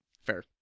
Fair